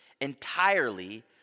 entirely